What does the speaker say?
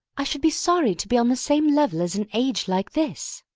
i should be sorry to be on the same level as an age like this.